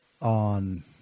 on